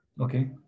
Okay